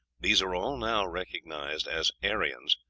these are all now recognized as aryans,